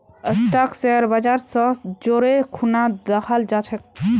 stock share बाजर स जोरे खूना दखाल जा छेक